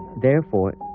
therefore,